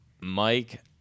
Mike